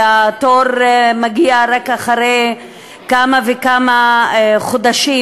והתור מגיע רק אחרי כמה וכמה חודשים,